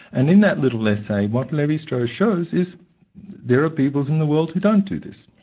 and in that little essay, what levi-strauss shows is there are peoples in the world who don't do this.